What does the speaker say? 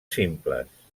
simples